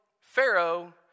Pharaoh